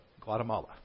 Guatemala